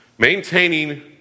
Maintaining